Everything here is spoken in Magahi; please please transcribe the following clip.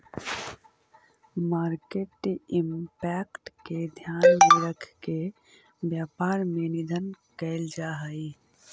मार्केट इंपैक्ट के ध्यान में रखके व्यापार में निवेश कैल जा हई